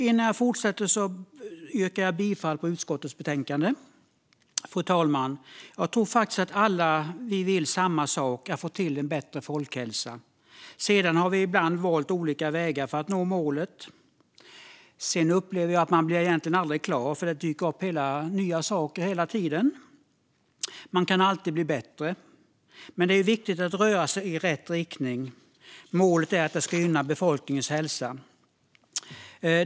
Innan jag fortsätter yrkar jag bifall till utskottets förslag i betänkandet. Fru talman! Jag tror faktiskt att vi alla vill samma sak, att få till en bättre folkhälsa. Vi har ibland valt olika vägar för att nå målet. Sedan upplever jag att man egentligen aldrig blir klar, för det dyker hela tiden upp nya saker. Man kan alltid bli bättre. Men det är viktigt att röra sig i rätt riktning. Målet är att det ska gynna befolkningens hälsa.